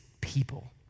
people